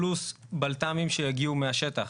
פלוס בלת"מים שיגיעו מהשטח.